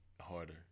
harder